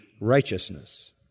righteousness